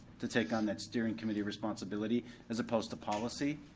to take on that steering committee responsibility as opposed to policy.